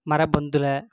மர பொந்தில்